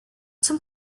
zum